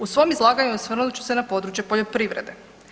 U svom izlaganju osvrnut ću se na područje poljoprivrede.